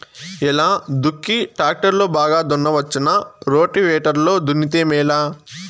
ఎలా దుక్కి టాక్టర్ లో బాగా దున్నవచ్చునా రోటివేటర్ లో దున్నితే మేలా?